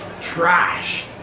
trash